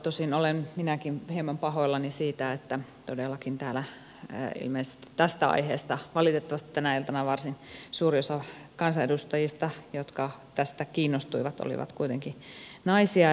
tosin olen minäkin hieman pahoillani siitä että todellakin täällä ilmeisesti valitettavasti tänä iltana varsin suuri osa kansanedustajista jotka tästä aiheesta kiinnostuivat oli kuitenkin naisia